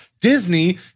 Disney